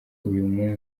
uyu